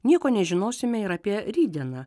nieko nežinosime ir apie rytdieną